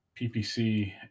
PPC